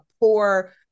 poor